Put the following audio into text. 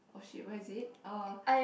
oh shit where is it uh